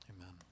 amen